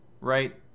Right